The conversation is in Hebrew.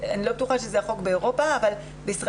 אני לא בטוחה שזה החוק באירופה, אבל בישראל.